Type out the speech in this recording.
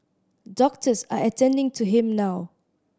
doctors are attending to him now